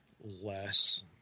less